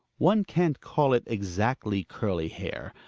one can't call it exactly curly hair.